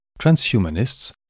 transhumanists